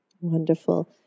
Wonderful